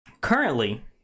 Currently